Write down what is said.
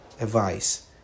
advice